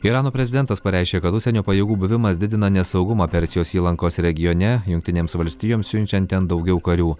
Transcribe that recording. irano prezidentas pareiškė kad užsienio pajėgų buvimas didina nesaugumą persijos įlankos regione jungtinėms valstijoms siunčiant ten daugiau karių